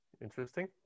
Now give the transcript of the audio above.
Interesting